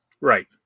right